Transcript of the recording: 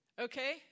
Okay